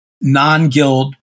non-guild